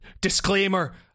Disclaimer